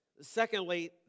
Secondly